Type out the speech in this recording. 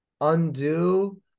undo